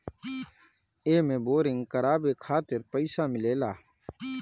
एमे बोरिंग करावे खातिर पईसा मिलेला